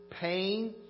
pain